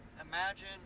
imagine